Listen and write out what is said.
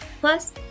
plus